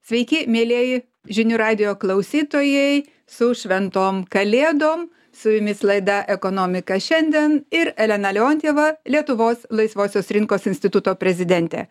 sveiki mielieji žinių radijo klausytojai su šventom kalėdom su jumis laida ekonomika šiandien ir elena leontjeva lietuvos laisvosios rinkos instituto prezidentė